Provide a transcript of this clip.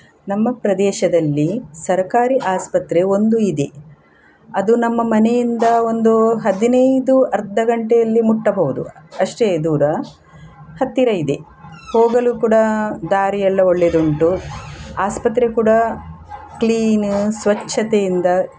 ನಮ್ಮ ಪ್ರದೇಶದಲ್ಲಿ ಸರ್ಕಾರಿ ಆಸ್ಪತ್ರೆ ಒಂದು ಇದೆ ಅದು ನಮ್ಮ ಮನೆಯಿಂದ ಒಂದು ಹದಿನೈದು ಅರ್ಧ ಗಂಟೆಯಲ್ಲಿ ಮುಟ್ಟಬಹುದು ಅಷ್ಟೇ ದೂರ ಹತ್ತಿರ ಇದೆ ಹೋಗಲು ಕೂಡ ದಾರಿಯೆಲ್ಲ ಒಳ್ಳೆಯದುಂಟು ಆಸ್ಪತ್ರೆ ಕೂಡ ಕ್ಲೀನು ಸ್ವಚ್ಛತೆಯಿಂದ